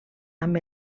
amb